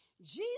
Jesus